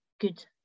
good